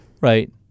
Right